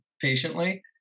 patiently